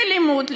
ללימוד,